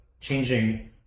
changing